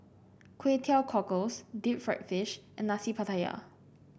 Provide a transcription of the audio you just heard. Kway Teow Cockles Deep Fried Fish and Nasi Pattaya